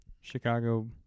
Chicago